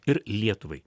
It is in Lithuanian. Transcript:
ir lietuvai